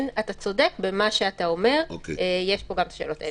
אתה צודק במה שאתה אומר, יש פה גם את השאלות האלה.